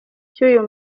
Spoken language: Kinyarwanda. cy’uyu